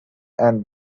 and